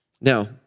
Now